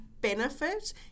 benefit